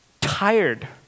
Tired